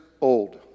old